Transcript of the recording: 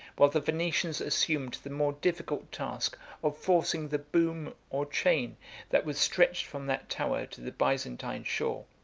while the venetians assumed the more difficult task of forcing the boom or chain that was stretched from that tower to the byzantine shore.